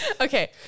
Okay